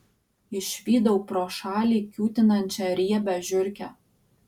išvydau pro šalį kiūtinančią riebią žiurkę